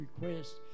requests